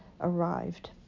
arrived